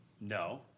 No